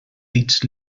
dits